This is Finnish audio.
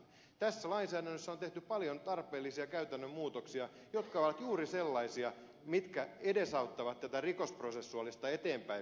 tässä lainsäädännössä on tehty paljon tarpeellisia käytännön muutoksia jotka ovat juuri sellaisia mitkä edesauttavat tätä rikosprosessuaalista eteenpäin viemistä